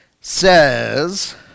says